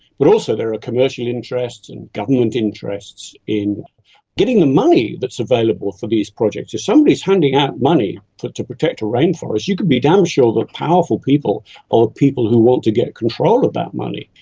but also there are commercial interests and government interests in getting the money that's available for these projects. if somebody is handing out money to protect a rainforest, you could be damn sure that powerful people or people who want to get control of that money,